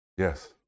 Yes